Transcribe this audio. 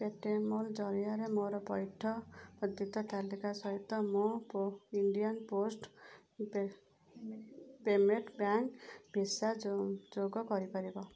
Paytm mall ଜରିଆରେ ମୋର ପଇଠ ପଧିତ ତାଲିକା ସହିତ ମୋ ପ Indian post pay payment bank visa ଯୋଗ କରିପାରିବ